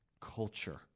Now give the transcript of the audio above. culture